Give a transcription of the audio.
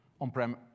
on-prem